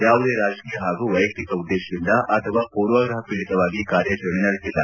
ಯಾವುದೇ ರಾಜಕೀಯ ಹಾಗೂ ವೈಯಕ್ತಿಕ ಉದ್ವೇಶದಿಂದ ಅಥವಾ ಪೂರ್ವಗ್ರಪ ಪೀಡಿತವಾಗಿ ಕಾರ್ಯಾಚರಣೆ ನಡೆಸಿಲ್ಲ